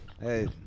Hey